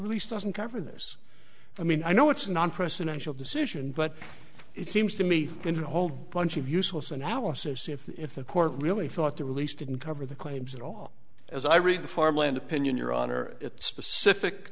release doesn't cover this i mean i know it's a nonpresidential decision but it seems to me into a whole bunch of useless analysis if if the court really thought the release didn't cover the claims at all as i read the farmland opinion your honor it's specific